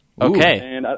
Okay